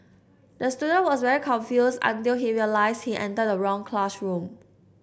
the student was very confused until he realised he entered the wrong classroom